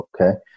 okay